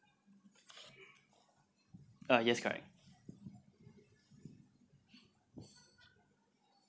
uh yes correct